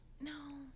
No